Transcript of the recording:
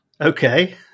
Okay